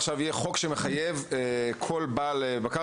יהיה עכשיו חוק שמחייב כל בעל בקר,